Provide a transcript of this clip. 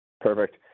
Perfect